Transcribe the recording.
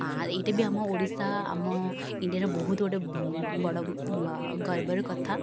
ଆଁ ଏଇଟା ବି ଆମ ଓଡ଼ିଶା ଆମ ଇଣ୍ଡିଆର ବହୁତ ଗୋଟେ ବଡ଼ ଗର୍ବର କଥା